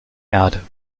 erde